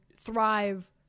thrive